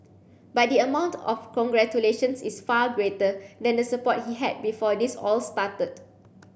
but the amount of congratulations is far greater than the support he had before this all started